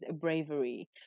bravery